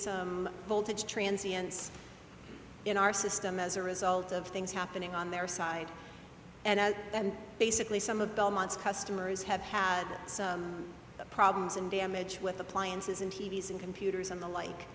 some voltage transients in our system as a result of things happening on their side and basically some of belmont's customers have had problems and damage with appliances and t v s and computers and the like